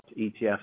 ETFs